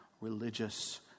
religious